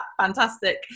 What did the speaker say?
fantastic